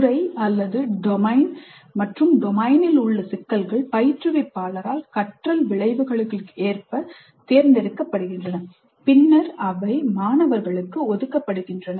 துறை அல்லது டொமைன் மற்றும் டொமைனில் உள்ள சிக்கல்கள் பயிற்றுவிப்பாளரால் கற்றல் விளைவுகளுக்கு ஏற்ப தேர்ந்தெடுக்கப்படுகின்றன பின்னர் அவை மாணவர்களுக்கு ஒதுக்கப்படுகின்றன